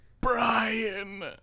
Brian